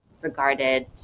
regarded